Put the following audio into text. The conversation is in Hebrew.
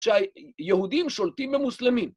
שהיהודים שולטים במוסלמים.